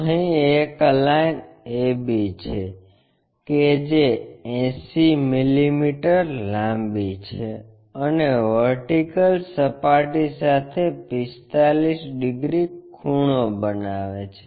અહીં એક line AB છે કે જે 80 mm લાંબી છે અને વર્ટિકલ સપાટી સાથે 45 ડિગ્રી ખૂણો બનાવે છે